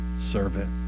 servant